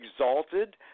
exalted